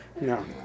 No